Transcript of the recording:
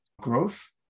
growth